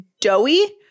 doughy